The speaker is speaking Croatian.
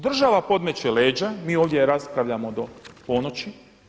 Država podmeće leđa, mi ovdje raspravljamo do ponoći.